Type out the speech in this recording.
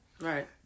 right